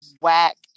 whack